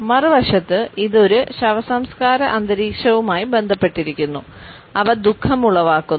മറുവശത്ത് ഇത് ഒരു ശവസംസ്ക്കാര അന്തരീക്ഷവുമായി ബന്ധപ്പെട്ടിരിക്കുന്നു അവ ദുഖം ഉളവാക്കുന്നു